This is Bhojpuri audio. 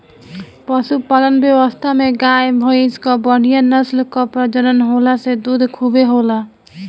पशुपालन व्यवस्था में गाय, भइंस कअ बढ़िया नस्ल कअ प्रजनन होला से दूध खूबे होला